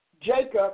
Jacob